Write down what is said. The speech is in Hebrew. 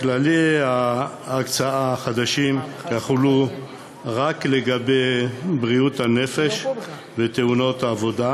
כללי ההקצאה החדשים יחולו רק לגבי בריאות הנפש ותאונות עבודה,